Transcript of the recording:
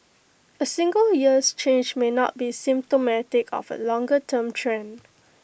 A single year's change may not be symptomatic of A longer term trend